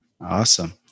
Awesome